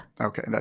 Okay